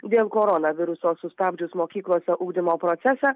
dėl koronaviruso sustabdžius mokyklose ugdymo procesą